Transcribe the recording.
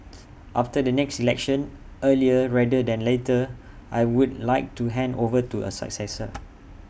after the next election earlier rather than later I would like to hand over to A successor